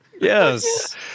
Yes